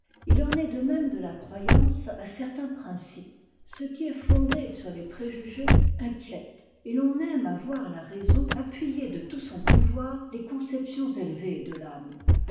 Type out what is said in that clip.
tt en est de même de la croyance à certains principes ce qui est fondé sur les préjugés inquiète et l'on aime à voir la raison appuyer de tout son pouvoir les conceptions élevées de l'âme